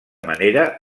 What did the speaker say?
manera